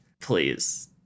please